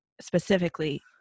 specifically